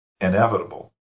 inevitable